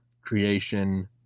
creation